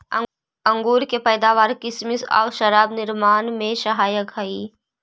अंगूर के पैदावार किसमिस आउ शराब निर्माण में सहायक हइ